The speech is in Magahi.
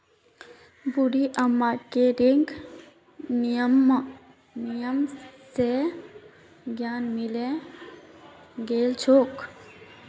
बूढ़ी अम्माक क्रेडिट यूनियन स ऋण मिले गेल छ